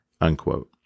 unquote